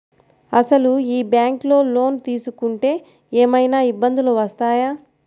అసలు ఈ బ్యాంక్లో లోన్ తీసుకుంటే ఏమయినా ఇబ్బందులు వస్తాయా?